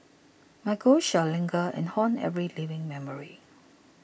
my ghost shall linger and haunt every living memory